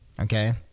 Okay